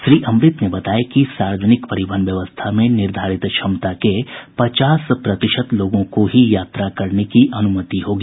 श्री अमृत ने बताया कि सार्वजनिक परिवहन व्यवस्था में निर्धारित क्षमता के पचास प्रतिशत लोगों को ही यात्रा करने की अनुमति होगी